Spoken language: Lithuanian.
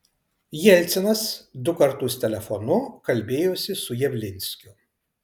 jelcinas du kartus telefonu kalbėjosi su javlinskiu